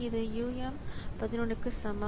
இது um 11 க்கு சமம்